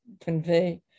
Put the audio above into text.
convey